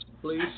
please